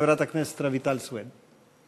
חברת הכנסת רויטל סויד.